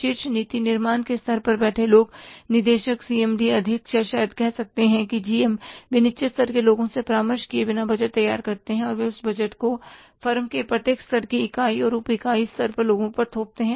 शीर्ष नीति निर्माण के स्तर पर बैठे लोग निदेशक सीएमडी अध्यक्ष या शायद कह सकते हैं कि जी एम वे निचले स्तर के लोगों से परामर्श किए बिना बजट तैयार करते हैं और वे उस बजट को फर्म की प्रत्येक स्तर की इकाई और उप इकाई स्तर पर लोगों पर थोपते हैं